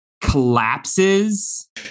collapses